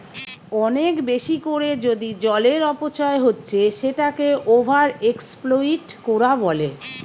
অনেক বেশি কোরে যদি জলের অপচয় হচ্ছে সেটাকে ওভার এক্সপ্লইট কোরা বলে